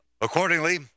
Accordingly